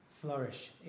flourish